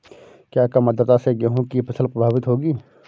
क्या कम आर्द्रता से गेहूँ की फसल प्रभावित होगी?